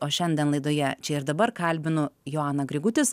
o šiandien laidoje čia ir dabar kalbinu joaną grigutis